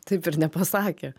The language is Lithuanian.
taip ir nepasakė